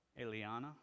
Eliana